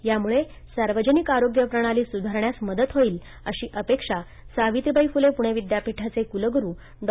यामुळे सार्वजनिक आरोग्य प्रणाली सुधारण्यास मदत होईल अशी अपेक्षा सावित्रीबाई फुले पुणे विद्यापीठाचे कुलगुरु डॉ